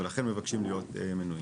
ולכן אנחנו מבקשים להיות מנויים.